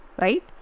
right